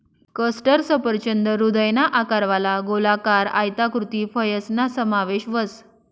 custard सफरचंद हृदयना आकारवाला, गोलाकार, आयताकृती फयसना समावेश व्हस